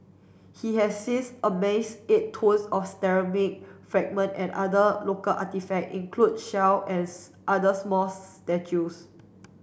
he has since amassed eight tonnes of ceramic fragment and other local artefact include shell as other smalls statues